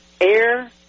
air